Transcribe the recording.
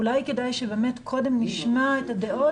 אולי כדאי שבאמת קודם נשמע את הדעות